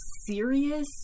serious